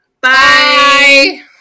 Bye